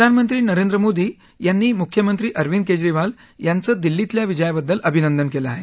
प्रधानमंत्री नरेंद्र मोदी यांनी मुख्यमंत्री अरविंद केजरीवाल यांचं दिल्लीतल्या विजयाबद्दल अभिनंदन केलं आहे